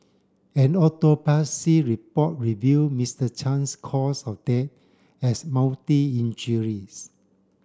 an autopsy report revealed Mister Chan's cause of death as multi injuries